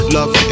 Love